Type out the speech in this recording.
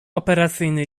operacyjny